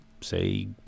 say